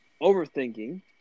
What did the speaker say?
overthinking